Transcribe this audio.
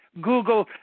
Google